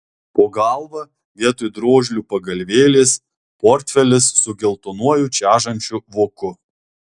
po galva vietoj drožlių pagalvėlės portfelis su geltonuoju čežančiu voku